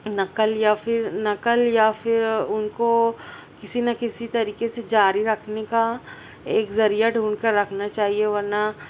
نقل یا پھر نقل یا پھر ان کو کسی نہ کسی طریقے سے جاری رکھنے کا ایک ذریعہ ڈھونڈ کر رکھنا چاہیے ورنہ